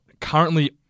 currently